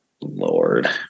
Lord